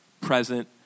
present